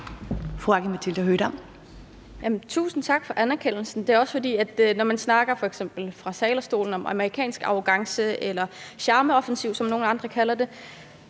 Aki-Matilda Høegh-Dam (SIU): Tusind tak for anerkendelsen. Det er også, fordi når man f.eks. fra talerstolen taler om amerikansk arrogance eller charmeoffensiv, som andre kalder det,